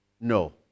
no